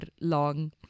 long